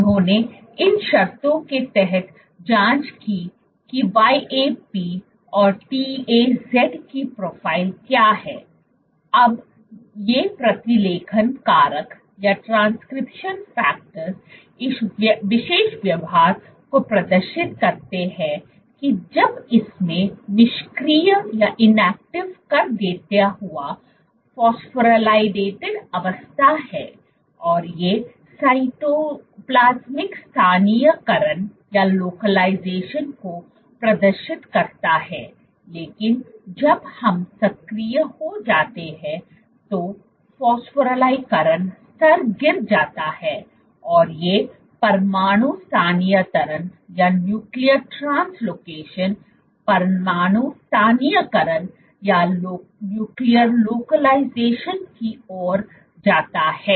उन्होंने इन शर्तों के तहत जाँच की कि YAP और TAZ की प्रोफाइल क्या है अब ये प्रतिलेखन कारक इस विशेष व्यवहार को प्रदर्शित करते हैं कि जब इसमें निष्क्रिय कर देता हुआ फॉस्फोराइलेटेड अवस्था है और यह साइटोप्लाज्मिक स्थानीयकरण को प्रदर्शित करता है लेकिन जब हम सक्रिय हो जाते हैं तो फॉस्फोरिलीकरण स्तर गिर जाता है और यह परमाणु स्थानान्तरण परमाणु स्थानीयकरण की ओर जाता है